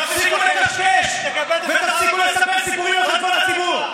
תפסיקו לקשקש ותפסיקו לספר סיפורים לציבור.